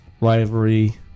rivalry